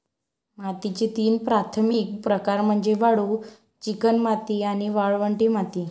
मातीचे तीन प्राथमिक प्रकार म्हणजे वाळू, चिकणमाती आणि वाळवंटी माती